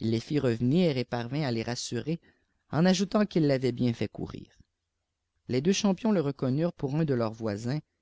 il les fit revenir et parvint à les rassurer en ajoutant qu'ils l'avaient bien fait courir les deux champions le reconnurent pour un de leurs voisins